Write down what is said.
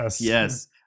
yes